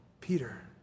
Peter